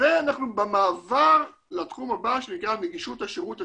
ואנחנו במעבר לתחום הבא שנקרא נגישות השירות הטכנולוגי,